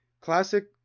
classic